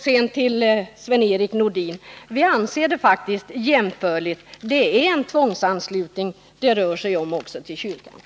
Sedan till Sven-Erik Nordin: Det är tvångsanslutning det rör sig om också när det gäller kyrkan — vi anser det faktiskt jämförligt.